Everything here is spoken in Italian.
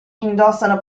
indossano